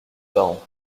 parents